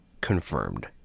confirmed